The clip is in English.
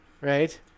Right